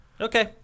Okay